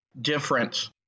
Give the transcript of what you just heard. difference